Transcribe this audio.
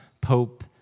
Pope